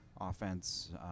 offense